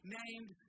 named